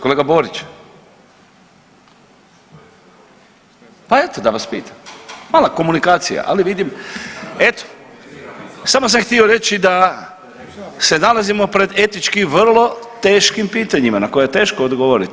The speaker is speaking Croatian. Kolega Borić? … [[Upadica se ne razumije.]] Pa eto da vas pitam, mala komunikacija, ali vidim, eto, samo sam htio reći da se nalazimo pred etički vrlo teškim pitanjima na koja je teško odgovoriti.